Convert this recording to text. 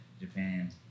Japan